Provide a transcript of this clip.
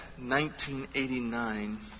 1989